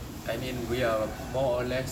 I mean we are more or less